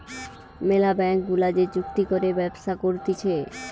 ম্যালা ব্যাঙ্ক গুলা যে চুক্তি করে ব্যবসা করতিছে